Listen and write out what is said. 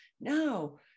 no